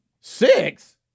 six